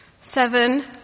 Seven